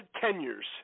tenures